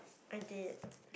I did